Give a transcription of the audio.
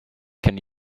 can